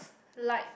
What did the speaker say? liked